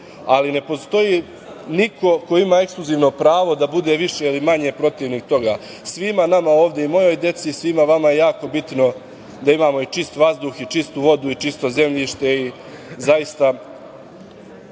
ali ne postoji niko ko ima ekskluzivno pravo da bude više ili manje protivnik toga. Svima nama ovde i mojoj deci i svima vama je jako bitno da imamo i čist vazduh, i čistu vodu, i čisto zemljište. Zaista,